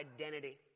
identity